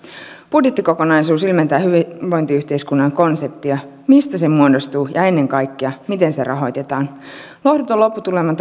budjettikokonaisuus ilmentää hyvinvointiyhteiskunnan konseptia mistä se muodostuu ja ennen kaikkea miten se rahoitetaan tämän yhtälön lohduton lopputulema